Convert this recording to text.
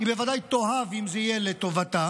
היא בוודאי תאהב אם זה יהיה לטובתה,